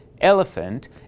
elephant